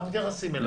אנחנו מתייחסים אליו.